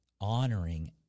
honoring